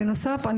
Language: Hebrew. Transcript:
בנוסף,